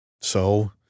So